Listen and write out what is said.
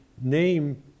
name